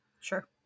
Sure